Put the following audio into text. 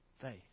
faith